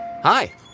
Hi